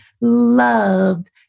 loved